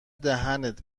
دهنت